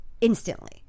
instantly